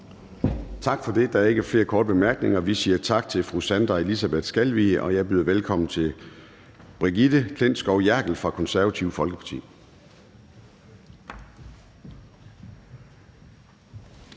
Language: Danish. Tak for det. Der er ikke flere korte bemærkninger. Vi siger tak til fru Sandra Elisabeth Skalvig, og jeg byder velkommen til fru Brigitte Klintskov Jerkel fra Det Konservative Folkeparti.